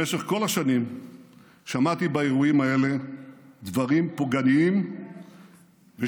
במשך כל השנים שמעתי באירועים האלה דברים פוגעניים ושקריים